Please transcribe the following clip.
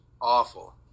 Awful